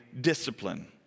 discipline